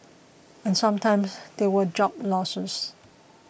and sometimes there were job losses